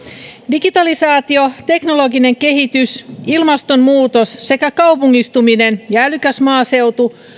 digitalisaatio teknologinen kehitys ilmastonmuutos sekä kaupungistuminen ja älykäs maaseutu